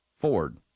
Ford